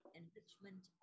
enrichment